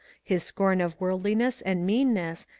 his scorn of worldliness and meanness,